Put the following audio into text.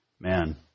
man